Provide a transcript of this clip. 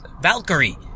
Valkyrie